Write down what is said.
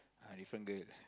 and different girl